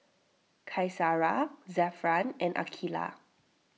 Qaisara Zafran and Aqilah